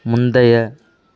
முந்தைய